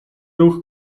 ruch